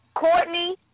Courtney